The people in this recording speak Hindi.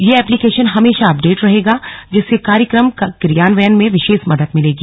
यह एप्लिकेशन हमेशा अपडेट रहेगा जिससे कार्यक्रम कार्यान्वयन में विशेष मदद मिलेगी